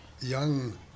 young